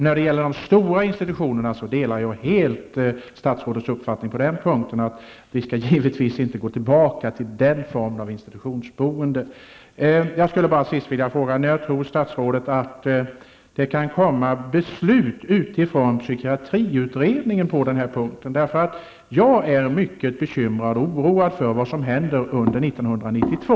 När det gäller de stora institutionerna delar jag helt statsrådets uppfattning. Vi skall givetvis inte gå tillbaka till den formen av institutionsboende. Till sist vill jag fråga: När tror statsrådet att det kommer ett förslag från psykiatriutredningen på denna punkt? Jag är mycket bekymrad och oroad över vad som kommer att hända under 1992.